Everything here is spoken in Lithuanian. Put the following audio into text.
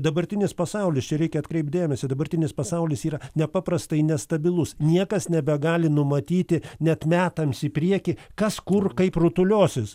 dabartinis pasaulis čia reikia atkreipt dėmesį dabartinis pasaulis yra nepaprastai nestabilus niekas nebegali numatyti net metams į priekį kas kur kaip rutuliosis